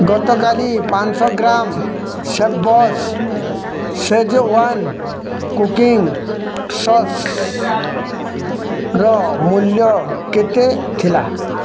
ଗତକାଲି ପାଞ୍ଚଶହ ଗ୍ରାମ ଶେଫ୍ବସ୍ ସେଜୱାନ୍ କୁକିଂ ସସ୍ର ମୂଲ୍ୟ କେତେ ଥିଲା